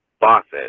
bosses